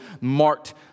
marked